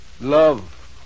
Love